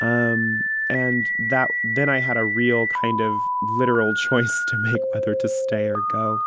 um and that then i had a real kind of literal choice to make whether to stay or go